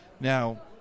Now